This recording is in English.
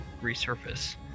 resurface